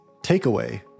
takeaway